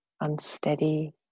unsteady